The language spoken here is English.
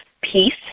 peace